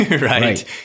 Right